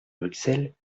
bruxelles